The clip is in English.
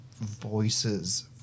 voices